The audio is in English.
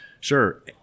Sure